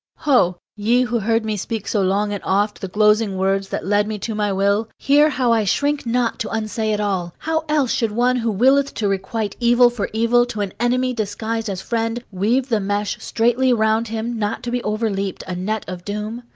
ho, ye who heard me speak so long and oft the glozing word that led me to my will? hear how i shrink not to unsay it all! how else should one who willeth to requite evil for evil to an enemy disguised as friend, weave the mesh straitly round him, not to be overleaped, a net of doom?